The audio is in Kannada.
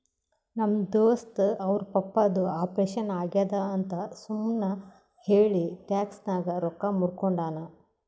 ನಮ್ ದೋಸ್ತ ಅವ್ರ ಪಪ್ಪಾದು ಆಪರೇಷನ್ ಆಗ್ಯಾದ್ ಅಂತ್ ಸುಮ್ ಹೇಳಿ ಟ್ಯಾಕ್ಸ್ ನಾಗ್ ರೊಕ್ಕಾ ಮೂರ್ಕೊಂಡಾನ್